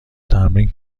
تمرین